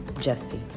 Jesse